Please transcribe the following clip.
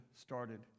started